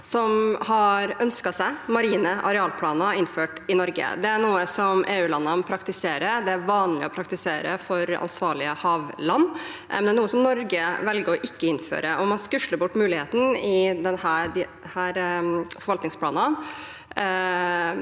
som har ønsket seg marine arealplaner innført i Norge. Det er noe som EU-landene praktiserer. Det er vanlig å praktisere for ansvarlige havland. Det er noe som Norge velger å ikke innføre, og man skusler bort muligheten i denne forvaltningsplanen